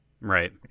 right